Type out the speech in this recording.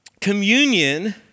communion